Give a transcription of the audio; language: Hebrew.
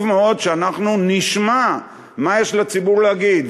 מאוד שאנחנו נשמע מה יש לציבור להגיד,